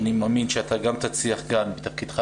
אני מאמין שאתה גם תצליח כאן בתפקידך